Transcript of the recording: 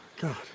God